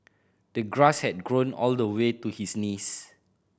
the grass had grown all the way to his knees